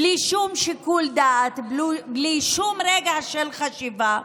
בלי שום שיקול דעת, בלי שום רגע של חשיבה.